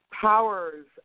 Powers